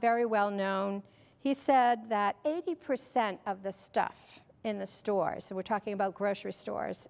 very well known he said that eighty percent of the stuff in the stores so we're talking about grocery stores